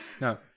No